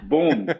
Boom